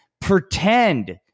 pretend